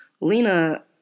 Lena